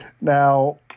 Now